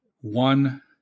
one